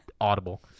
audible